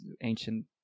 ancient